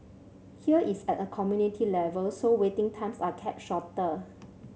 here it's at a community level so waiting times are kept shorter